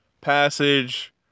passage